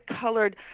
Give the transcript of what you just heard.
colored